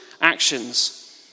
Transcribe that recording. actions